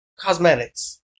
Cosmetics